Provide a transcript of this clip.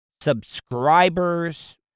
subscribers